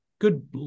good